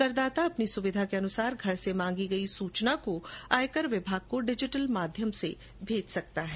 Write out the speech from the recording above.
करदाता अपनी सुविधा अनुसार घर से मांगी गई सुचना को आयकर विभाग को डिजिटल माध्यम से भेज सकता है